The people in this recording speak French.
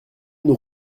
nous